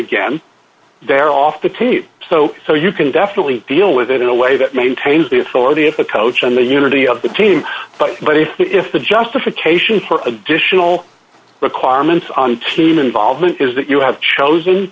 again they're off the table so so you can definitely deal with it in a way that maintains the authority of the coach and the unity of the team but what if the justification for additional requirements on team involvement is that you have chosen